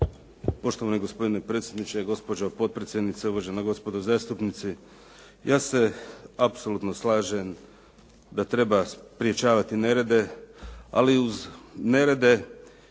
Poštovani gospodine predsjedniče, gospođo potpredsjednice, uvažena gospodo zastupnici. Ja se apsolutno slažem da treba sprječavati nerede, ali uz nerede